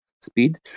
speed